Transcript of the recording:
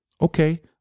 okay